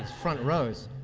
front row.